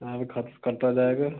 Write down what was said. आपके खाते से कटता जाएगा